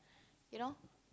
you know